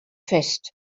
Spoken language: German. fest